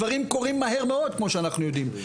דברים קורים מהר מאוד כמו שאנחנו יודעים.